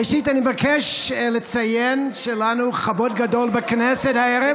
ראשית אני מבקש לציין שיש לנו כבוד גדול בכנסת הערב.